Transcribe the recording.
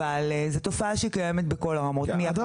אבל זו תופעה שקיימת בכל הרמות מאחד עד שש.